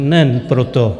Nejen proto.